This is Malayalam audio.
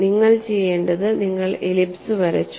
നിങ്ങൾ ചെയ്യേണ്ടത് നിങ്ങൾ എലിപ്സ് വരച്ചു